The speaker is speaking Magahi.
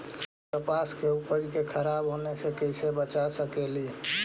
कपास के उपज के खराब होने से कैसे बचा सकेली?